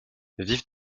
vivent